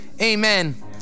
Amen